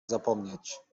zapomnieć